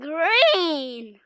Green